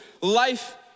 life